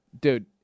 dude